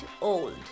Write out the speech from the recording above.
old